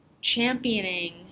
championing